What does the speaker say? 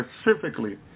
specifically